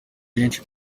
benshi